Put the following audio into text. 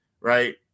right